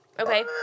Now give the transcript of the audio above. Okay